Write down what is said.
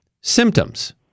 symptoms